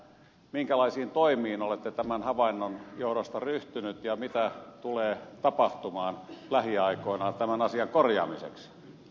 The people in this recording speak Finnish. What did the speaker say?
minkälaisiin toimiin olette tämän havainnon johdosta ryhtynyt ja mitä tulee tapahtumaan lähiaikoina tämän asian korjaamiseksi